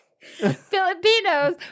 Filipinos